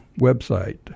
website